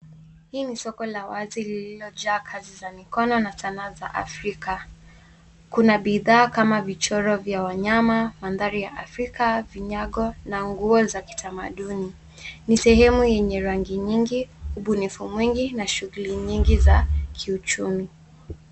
Hii ni soko la wazi lililojaa kazi za mikono na sanaa za Afrika. Kuna bidhaa kama vichoro vya wanyama, mandhari ya Afrika, vinyago, na nguo za kitamaduni. Ni sehemu yenye rangi nyingi, ubunifu mwingi, na shughuli nyingi za kiuchumi.